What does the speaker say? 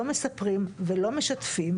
לא מספרים ולא משתפים,